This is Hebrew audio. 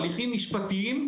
הליכים משפטיים,